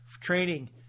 Training